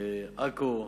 בעכו,